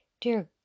Dear